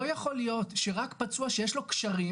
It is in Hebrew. לא יכול להיות שרק פצוע שיש לו קשרים